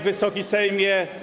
Wysoki Sejmie!